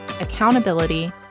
accountability